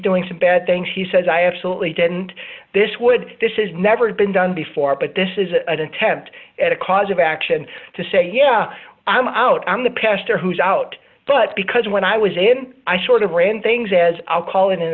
doing some bad things he says i absolutely didn't this would this is never been done before but this is an attempt at a cause of action to say yeah i'm out i'm the pastor who's out but because when i was in i sort of ran things as i'll call it an